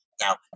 Now